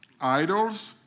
Idols